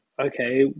okay